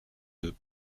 deux